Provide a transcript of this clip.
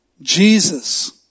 Jesus